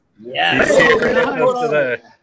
Yes